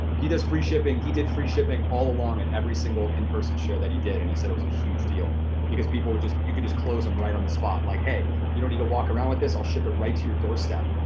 he does free shipping, he did free shipping all along at every single in-person show that he did and he said it was a huge deal because people were just, you could just close em right on the spot, like, hey, you don't need to walk around with this, i'll ship it right to your doorstep.